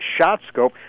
ShotScope